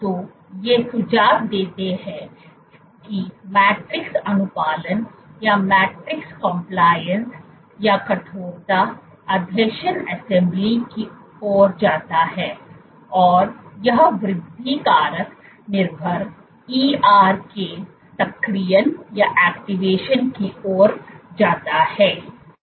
तो ये सुझाव देते हैं कि मैट्रिक्स अनुपालन या कठोरता आसंजन असेंबली की ओर जाता है और यह वृद्धि कारक निर्भर ERK सक्रियण की ओर जाता है